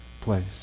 place